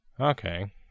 Okay